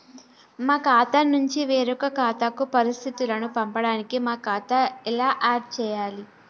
మా ఖాతా నుంచి వేరొక ఖాతాకు పరిస్థితులను పంపడానికి మా ఖాతా ఎలా ఆడ్ చేయాలి?